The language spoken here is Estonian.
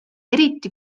eriti